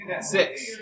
Six